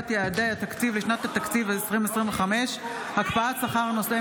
יעדי התקציב לשנת התקציב 2025 (הקפאת שכר נושאי